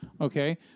okay